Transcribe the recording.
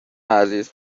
عزیز